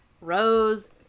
Rose